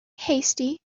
hasty